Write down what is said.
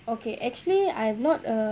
okay actually I am not a